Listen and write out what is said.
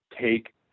take